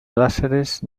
láseres